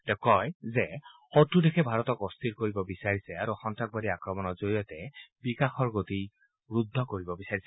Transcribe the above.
তেওঁ কয় যে শক্ৰ দেশে ভাৰতক অস্থিৰ কৰিব বিচাৰিছে আৰু সন্তাসবাদী আক্ৰমণৰ জৰিয়তে বিকাশৰ গতি ৰুদ্ধ কৰিব বিচাৰিছে